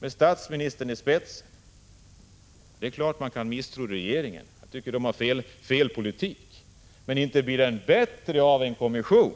med statsministern i spetsen. Det är klart att man kan misstro regeringen — jag tycker att den för en felaktig politik — men inte blir den bättre av en kommission!